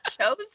chose